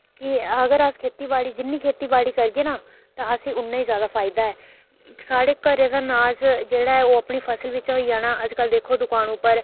कि अगर अस खेती बाड़ी जिन्नी खेती बाड़ी करगे ना तां असें उन्ना ई जैदा फायदा ऐ साढ़े घरै दा नाज जेह्ड़ा ऐ ओह् अपनी फसल बिच्चा होई जाना अजकल दिक्खो दकान उप्पर